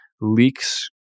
leaks